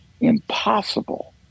impossible